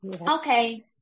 Okay